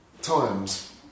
times